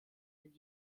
den